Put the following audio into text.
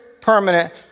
permanent